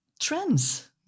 trends